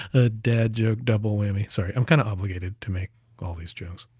a dad joke, double whammy. sorry, i'm kind of obligated to make all these jokes.